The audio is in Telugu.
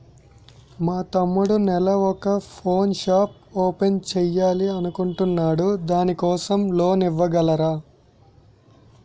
మా తమ్ముడు నెల వొక పాన్ షాప్ ఓపెన్ చేయాలి అనుకుంటునాడు దాని కోసం లోన్ ఇవగలరా?